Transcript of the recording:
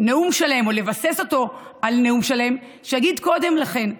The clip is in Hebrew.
נאום שלם או לבסס עליה נאום שלם, שיגיד קודם לכן.